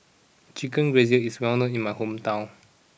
Chicken Gizzard is well known in my hometown